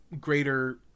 greater